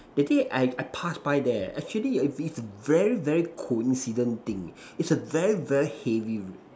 that day I I pass by there actually is is very very coincident thing is a very very heavy rain